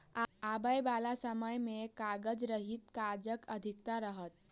आबयबाला समय मे कागज रहित काजक अधिकता रहत